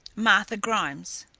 martha grimes.